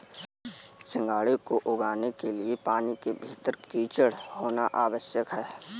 सिंघाड़े को उगाने के लिए पानी के भीतर कीचड़ होना आवश्यक है